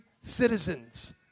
citizens